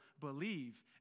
believe